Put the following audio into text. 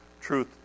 truth